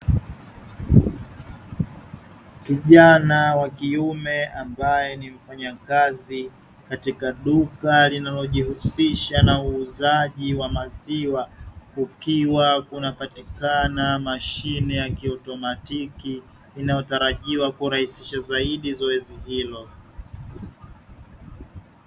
Kijana wa kiume ambaye ni mfanayakazi katika duka linalojihusisha na uuzaji wa maziwa, kukiwa kunapatikana mashine ya kiautomatiki; inayotarajiwa kurahisisha zaidi zoezi hilo.